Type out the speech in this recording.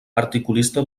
articulista